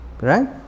right